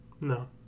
No